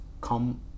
come